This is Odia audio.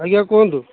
ଆଜ୍ଞା କୁହନ୍ତୁ